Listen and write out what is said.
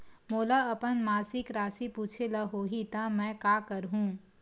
मोला अपन मासिक राशि पूछे ल होही त मैं का करहु?